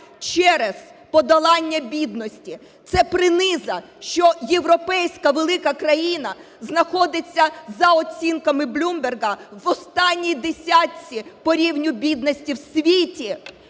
через подолання бідності. Це приниза, що європейська велика країна знаходиться, за оцінками Bloomberg, в останні й десятці по рівню бідності в світі